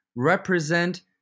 represent